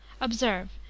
Observe